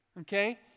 Okay